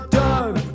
done